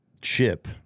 chip